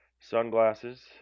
Sunglasses